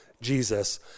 jesus